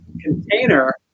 container